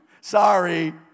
sorry